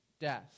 death